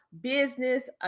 Business